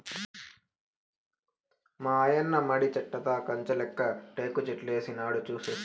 మాయన్న మడి చుట్టూతా కంచెలెక్క టేకుచెట్లేసినాడు సూస్తినా